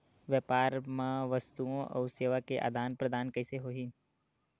व्यापार मा वस्तुओ अउ सेवा के आदान प्रदान कइसे होही?